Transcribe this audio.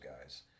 guys